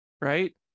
Right